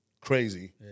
crazy